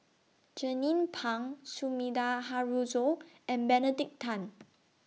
Jernnine Pang Sumida Haruzo and Benedict Tan